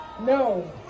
no